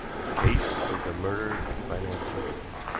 the case of the murdered financier